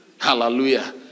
Hallelujah